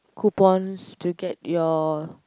coupons to get your